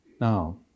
Now